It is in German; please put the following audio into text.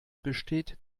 besteht